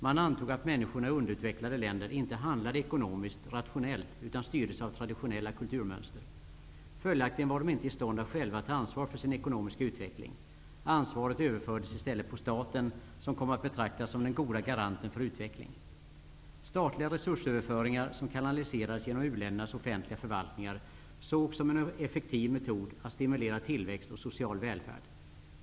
Man antog att människorna i underutvecklade länder inte handlade ekonomiskt rationellt utan styrdes av traditionella kulturmönster. Följaktligen var de inte i stånd att själva ta ansvar för sin ekonomiska utveckling. Ansvaret överfördes i stället på staten, som kom att betraktas som den goda garanten för utveckling. Statliga resursöverföringar, som kanaliserades genom u-ländernas offentliga förvaltningar, sågs som en effektiv metod att stimulera tillväxt och social välfärd.